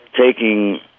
taking